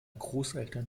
großeltern